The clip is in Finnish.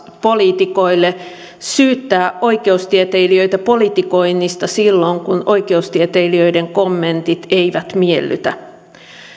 poliitikoille syyttää oikeustieteilijöitä politikoinnista silloin kun oikeustieteilijöiden kommentit eivät miellytä